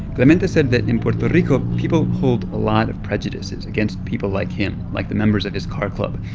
clemente said that in puerto rico, people hold a lot of prejudices against people like him, like the members of his car club,